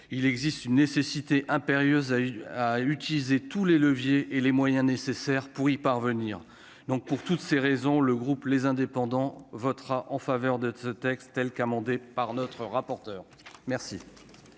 il existe une nécessité impérieuse a eu à utiliser tous les leviers et les moyens nécessaires pour y parvenir, donc pour toutes ces raisons, le groupe les indépendants votera en faveur de ce texte telle qu'amendée par notre rapporteur, merci.